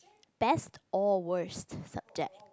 best or worst subject